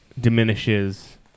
diminishes